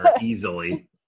easily